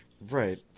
Right